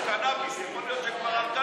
אבל זה המסריח ביותר.